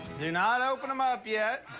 do not open them up yet.